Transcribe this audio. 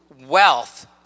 wealth